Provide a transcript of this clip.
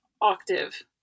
octave